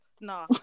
no